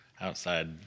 outside